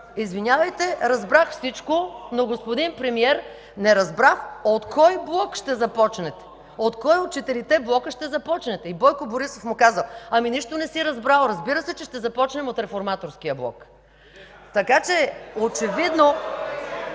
„Извинявайте, разбрах всичко, но, господин Премиер, не разбрах от кой блок ще започнете, от кой от четирите блока ще започнете?”. Бойко Борисов му казал: „Ами нищо не си разбрал. Разбира се, че ще започнем от Реформаторския блок”.” (Шум, реплики